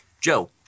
Joe